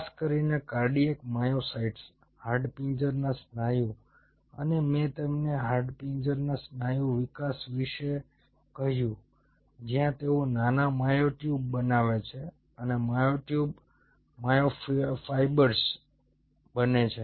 ખાસ કરીને cardiac myocytes હાડપિંજરના સ્નાયુ અને મેં તમને હાડપિંજરના સ્નાયુના વિકાસ વિશે કહ્યું જ્યાં તેઓ નાના મ્યોટ્યુબ બનાવે છે અને મ્યોટ્યુબ માયોફાઇબરસ બને છે